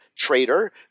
trader